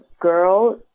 girl